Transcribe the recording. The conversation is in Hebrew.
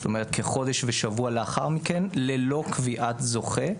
כחודש ושבוע לאחר מכן ללא קביעת זוכה.